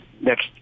next